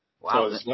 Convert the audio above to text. wow